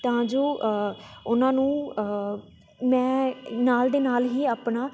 ਤਾਂ ਜੋ ਉਨ੍ਹਾਂ ਨੂੰ ਮੈਂ ਨਾਲ ਦੇ ਨਾਲ ਹੀ ਅਪਣਾ